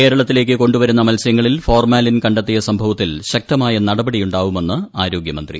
കേരളത്തിലേക്ക് കൊണ്ടു വരുന്ന മത്സൃങ്ങളിൽ ഫോർമാലിൻ കണ്ടെത്തിയ സംഭവത്തിൽ ശക്തമായ നടപടിയുണ്ടാവുമെന്ന് ആരോഗൃമന്ത്രി